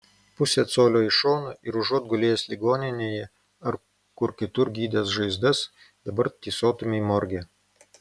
pusė colio į šoną ir užuot gulėjęs ligoninėje ar kur kitur gydęs žaizdas dabar tysotumei morge